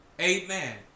Amen